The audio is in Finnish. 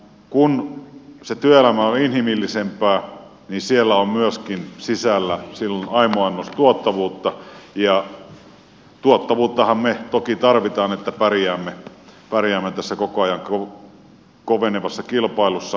kun se työelämä on inhimillisempää niin siellä on myöskin sisällä silloin aimo annos tuottavuutta ja tuottavuuttahan me toki tarvitsemme että pärjäämme tässä koko ajan kovenevassa kilpailussa globaalissa maailmassa